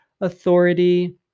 Authority